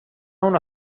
una